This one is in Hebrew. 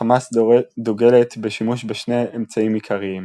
חמאס דוגלת בשימוש בשני אמצעים עיקריים